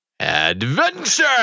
Adventure